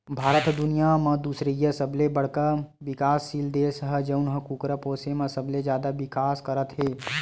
भारत ह दुनिया म दुसरइया सबले बड़का बिकाससील देस हे जउन ह कुकरा पोसे म सबले जादा बिकास करत हे